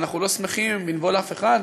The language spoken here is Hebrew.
אנחנו לא שמחים בנפול אף אחד.